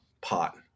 pot